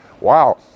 Wow